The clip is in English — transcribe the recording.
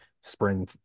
spring